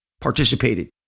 participated